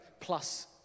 plus